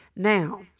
Now